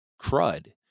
crud